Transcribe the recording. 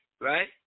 Right